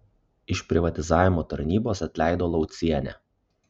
iš privatizavimo tarnybos atleido laucienę